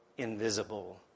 invisible